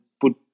put